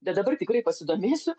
bet dabar tikrai pasidomėsiu